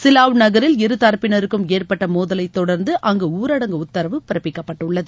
சிலாவ் நகரில் இருதரப்பினருக்கும் ஏற்பட்ட மோதலை தொடர்ந்து அங்கு ஊரடங்கு உத்தரவு பிறப்பிக்கப்பட்டுள்ளது